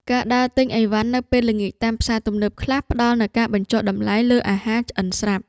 ការដើរទិញឥវ៉ាន់នៅពេលល្ងាចតាមផ្សារទំនើបខ្លះផ្ដល់នូវការបញ្ចុះតម្លៃលើអាហារឆ្អិនស្រាប់។